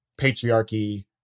patriarchy